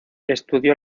estudió